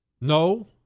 No